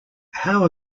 how